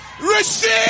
Receive